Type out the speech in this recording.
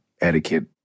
etiquette